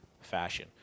fashion